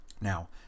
now